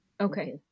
Okay